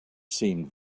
seemed